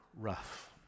rough